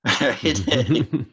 right